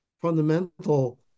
fundamental